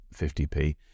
50p